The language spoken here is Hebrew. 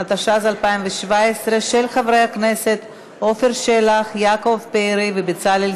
הצעת חוק זכויות לנפגעי מערכות ישראל ופעולות איבה בהליכי חקירה,